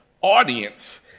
audience